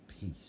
peace